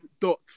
Dot